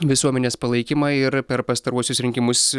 visuomenės palaikymą ir per pastaruosius rinkimus